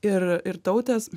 ir ir tautės